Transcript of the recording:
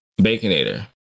baconator